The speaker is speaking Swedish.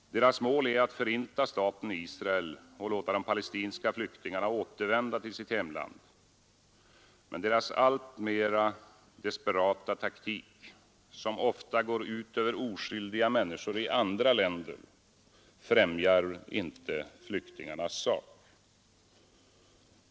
Deras mål är att förinta staten Israel och låta de palestinska flyktingarna återvända till sitt hemland. Men deras alltmer desperata taktik, som ofta går ut över oskyldiga människor i andra länder, främjar inte flyktingarnas sak.